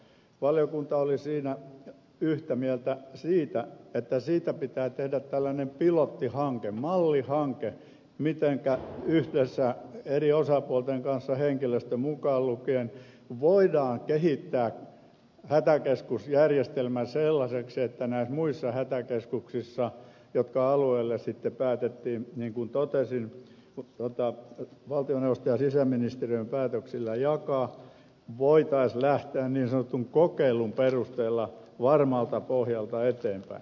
valiokunta oli siinä yhtä mieltä siitä että siitä pitää tehdä tällainen pilottihanke mallihanke mitenkä yhdessä eri osapuolten kanssa henkilöstö mukaan lukien voidaan kehittää hätäkeskusjärjestelmä sellaiseksi että näissä muissa hätäkeskuksissa jotka alueelle sitten päätettiin niin kuin totesin valtioneuvoston ja sisäministeriön päätöksillä jakaa voitaisiin lähteä niin sanotun kokeilun perusteella varmalta pohjalta eteenpäin